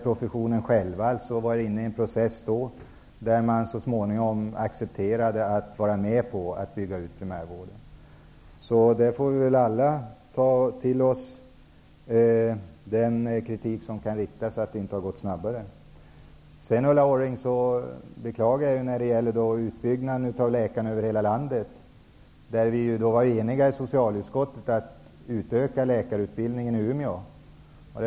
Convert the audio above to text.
Man var då inne i en process där man så småningom accepterade en utbyggnad av primärvården. Vi får alla ta till oss av den kritik som kan riktas mot att det hela inte har gått snabbare. Vi i socialutskottet var eniga om att man skulle utöka läkarutbildningen i Umeå.